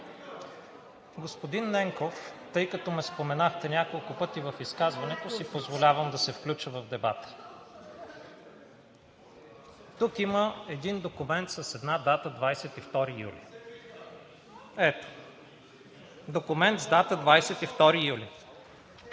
Господин Ненков, тъй като ме споменахте няколко пъти в изказването си, позволявам си да се включа в дебата. Тук има един документ с дата 22 юли – ето го документа. Този